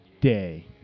day